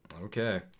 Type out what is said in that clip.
okay